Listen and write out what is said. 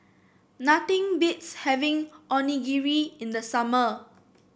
nothing beats having Onigiri in the summer